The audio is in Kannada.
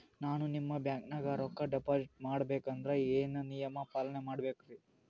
ನಾನು ನಿಮ್ಮ ಬ್ಯಾಂಕನಾಗ ರೊಕ್ಕಾ ಡಿಪಾಜಿಟ್ ಮಾಡ ಬೇಕಂದ್ರ ಏನೇನು ನಿಯಮ ಪಾಲನೇ ಮಾಡ್ಬೇಕ್ರಿ?